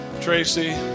Tracy